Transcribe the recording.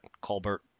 Colbert